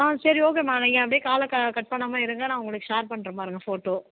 ஆ சரி ஓகேம்மா நீங்கள் அப்டே காலை க கட் பண்ணாமல் இருங்க நான் உங்களுக்கு ஷேர் பண்ணுற பாருங்கள் ஃபோட்டோ